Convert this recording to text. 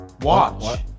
Watch